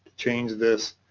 change this